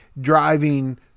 driving